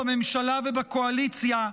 בממשלה ובקואליציה,